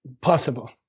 possible